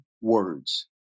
words